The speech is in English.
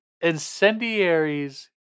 incendiaries